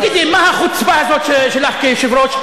תגידי, מה החוצפה הזאת שלך כיושב-ראש?